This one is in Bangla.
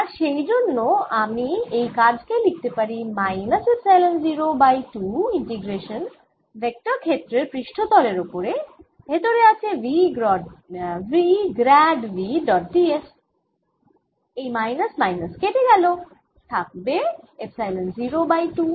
আর সেই জন্য আমি এই কাজ কে লিখতে পারি minus epsilon 0 by 2 integration vector ক্ষেত্রের পৃষ্ঠতল এর ওপরে ভেতরে আছে V grad V dot ds এই মাইনাস মাইনাস কেটে যাবে থাকবে এপসাইলন 0 বাই 2